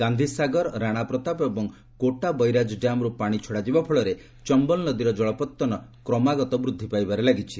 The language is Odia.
ଗାନ୍ଧୀସାଗର ରାଣାପ୍ରତାପ ଏବଂ କୋଟା ବୈରାଜ ଡ୍ୟାମରୁ ପାଣି ଛଡା ଯିବା ଫଳରେ ଚମ୍ବଲ ନଦୀର ଜଳପତ୍ତନ କ୍ରମାଗତ ବୃଦ୍ଧି ପାଇବାରେ ଲାଗିଛି